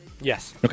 Yes